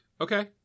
Okay